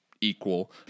equal